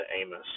Amos